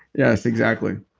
yes, exactly